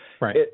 Right